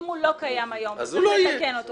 אם הוא לא קיים היום, הוא לא יהיה.